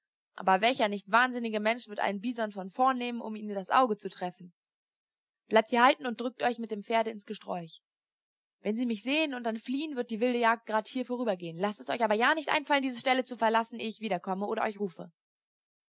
aber welcher nicht wahnsinnige mensch wird einen bison von vorn nehmen um ihn in das auge zu treffen bleibt hier halten und drückt euch mit dem pferde ins gesträuch wenn sie mich sehen und dann fliehen wird die wilde jagd grad hier vorübergehen laßt es euch aber ja nicht einfallen diese stelle zu verlassen ehe ich wiederkomme oder euch rufe